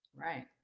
Right